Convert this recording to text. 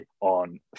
on